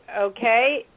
okay